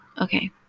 okay